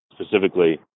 specifically